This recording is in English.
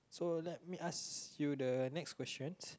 so let me ask you the next questions